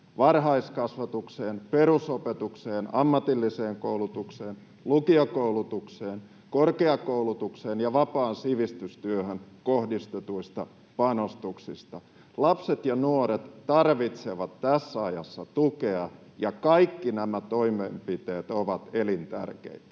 varhaiskasvatukseen, perusopetukseen, ammatilliseen koulutukseen, lukiokoulutukseen, korkeakoulutukseen ja vapaaseen sivistystyöhön kohdistetuista panostuksista. Lapset ja nuoret tarvitsevat tässä ajassa tukea, ja kaikki nämä toimenpiteet ovat elintärkeitä.